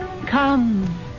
Come